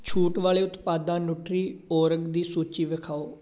ਛੂਟ ਵਾਲੇ ਉਤਪਾਦਾਂ ਨੁਟਰੀਓਰਗ ਦੀ ਸੂਚੀ ਵਿਖਾਉ